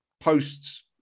posts